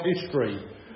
history